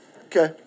Okay